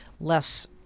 less